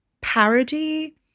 parody